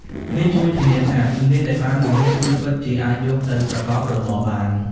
នេះជួយធានាថាជំនាញដែលបានបង្រៀនគឺពិតជាអាចយកទៅប្រកបរបរបាន។